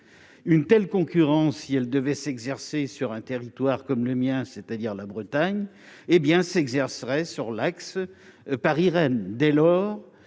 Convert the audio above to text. une telle concurrence, si elle devait s'exercer sur un territoire comme le mien, c'est-à-dire la Bretagne, hé bien s'exerceraient sur l'axe Paris-Rennes,